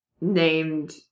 named